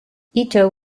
ito